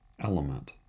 element